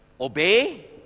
obey